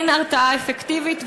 אין הרתעה אפקטיבית,